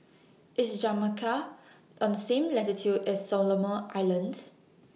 IS Jamaica on same latitude as Solomon Islands